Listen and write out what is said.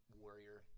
warrior